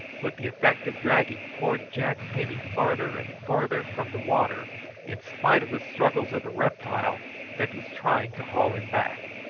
with the effect of dragging poor jack penny farther and farther from the water in spite of the struggles of the reptile that was trying to haul him back.